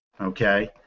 okay